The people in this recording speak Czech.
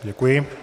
Děkuji.